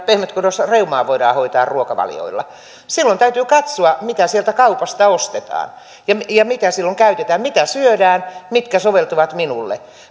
pehmytkudosreumaa voidaan hoitaa ruokavaliolla silloin täytyy katsoa mitä sieltä kaupasta ostetaan ja ja mitä käytetään mitä syödään mitkä soveltuvat minulle